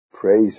praise